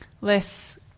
less